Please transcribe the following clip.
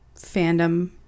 fandom